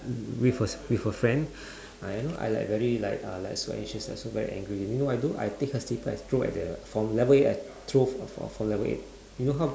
with hers with her friend and I know I like very uh so anxious and so very angry then you know what I do I take her slipper throw at the from level eight I throw f~ f~ from level eight you know how